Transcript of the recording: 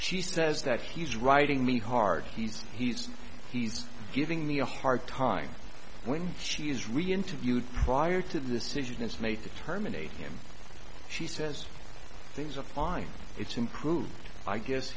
she says that he's writing me hard he's he's he's giving me a hard time when she is reinterviewed prior to the situation it's made to terminate him she says things are fine it's improved i guess